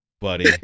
buddy